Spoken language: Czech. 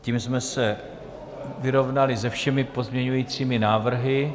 Tím jsme se vyrovnali se všemi pozměňujícími návrhy.